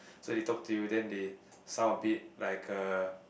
so they talk to you then they sound a bit like a